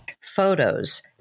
photos